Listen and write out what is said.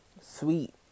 sweet